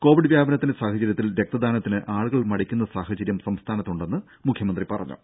Covid വ്യാപനത്തിന്റെ സാഹചര്യത്തിൽ രക്തദാനത്തിന് ആളുകൾ മടിക്കുന്ന സാഹചര്യം സംസ്ഥാനത്തുണ്ടെന്ന് മുഖ്യമന്ത്രി പറഞ്ഞു